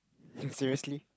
seriously